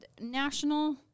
national